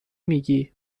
میگی